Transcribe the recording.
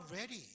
ready